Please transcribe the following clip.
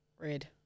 Red